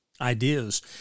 ideas